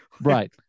Right